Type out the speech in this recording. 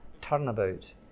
turnabout